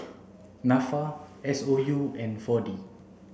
NAFA S O U and four D